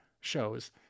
shows